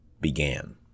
began